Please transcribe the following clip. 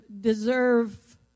deserve